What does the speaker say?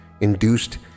induced